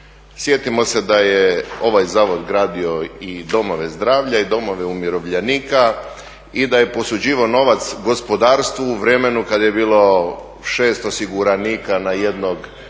Sjetimo se da je ovaj zavod gradio i domove zdravlja i domove umirovljenika i da je posuđivao novac gospodarstvu u vremenu kad je bilo 6 osiguranika na jednog